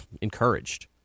encouraged